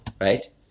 right